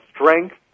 strength